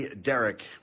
Derek